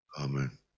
amen